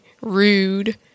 rude